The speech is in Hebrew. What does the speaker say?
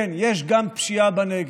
כן, יש גם פשיעה בנגב.